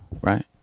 right